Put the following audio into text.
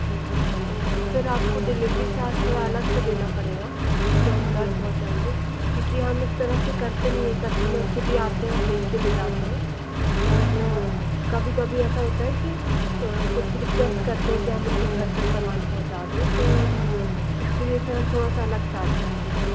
जी जी शाम तक हम फिर आपको डिलिवरी चार्ज थोड़ा अलग से देना पड़ेगा जो हम घर पहुँचाएंगे क्योंकि हम इस तरह से करते नहीं कस्टमर खुद ही आते हैं और देखके ले जाते हैं पर कभी कभी ऐसा होता है कि कुछ रिक्वेस्ट करते हैं कि हम उनके घर तक समान पहुँचा दें तो इसके लिए सर हम थोड़ा सा अलग चार्ज करते हैं